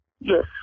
yes